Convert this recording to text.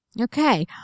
Okay